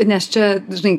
nes čia žinai